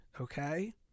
okay